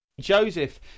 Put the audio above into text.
Joseph